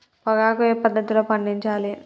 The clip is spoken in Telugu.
పొగాకు ఏ పద్ధతిలో పండించాలి?